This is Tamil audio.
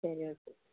சரி ஓகே